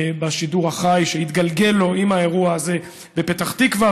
בשידור החי שהתגלגל לו עם האירוע הזה בפתח תקווה,